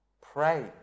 Pray